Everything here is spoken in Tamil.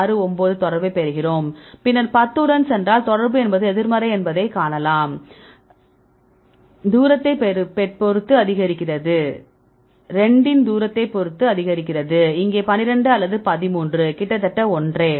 69 இன் தொடர்பை பெறுகிறோம் பின்னர் 10 உடன் சென்றாள் தொடர்பு என்பது எதிர்மறை என்பதை காணலாம் 2 இன் தூரத்தைப் பொறுத்து அதிகரிக்கிறது இங்கே 12 அல்லது 13 கிட்டத்தட்ட ஒன்றே